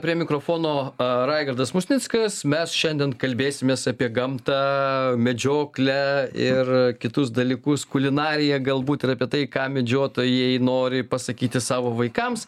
prie mikrofono raigardas musnickas mes šiandien kalbėsimės apie gamtą medžioklę ir kitus dalykus kulinariją galbūt yra apie tai ką medžiotojai nori pasakyti savo vaikams